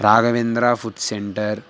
Raghavendra food centre